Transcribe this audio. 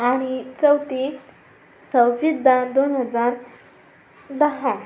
आणि चौथी सव्वीस दा दोन हजार दहा